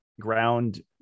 ground